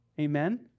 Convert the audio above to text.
Amen